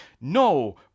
no